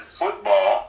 football